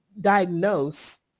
diagnose